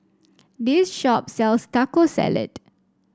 this shop sells Taco Salad